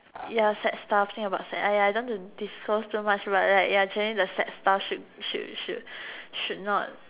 ya sad stuff think about sad !aiya! I don't want disclose too much about that ya actually the sad stuff should should should should not